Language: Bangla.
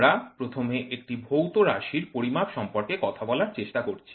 আমরা প্রথমে একটি ভৌত রাশির পরিমাপ সম্পর্কে কথা বলার চেষ্টা করছি